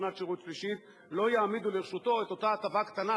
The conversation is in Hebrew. שנת שירות שלישית לא יעמידו לרשותו את אותה הטבה קטנה,